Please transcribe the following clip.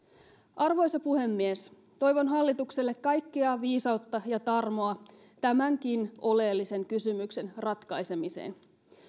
arvoisa puhemies toivon hallitukselle kaikkea viisautta ja tarmoa tämänkin oleellisen kysymyksen ratkaisemiseen